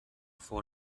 vor